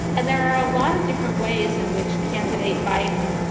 and there are a lot of different ways in which candidate biden,